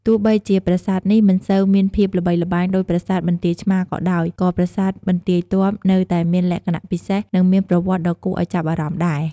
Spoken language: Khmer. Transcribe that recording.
ទោះបីជាប្រាសាទនេះមិនសូវមានភាពល្បីល្បាញដូចប្រាសាទបន្ទាយឆ្មារក៏ដោយ ក៏ប្រាសាទបន្ទាយទ័ពនៅតែមានលក្ខណៈពិសេស និងមានប្រវត្តិដ៏គួរឱ្យចាប់អារម្មណ៍ដែរ។